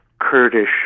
Kurdish